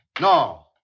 No